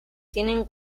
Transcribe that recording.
tienen